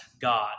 God